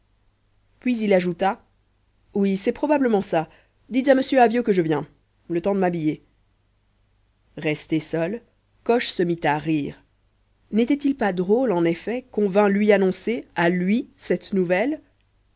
puis il ajouta oui c'est probablement ça dites à m avyot que je viens le temps de m'habiller resté seul coche se mit à rire n'était-il pas drôle en effet qu'on vint lui annoncer à lui cette nouvelle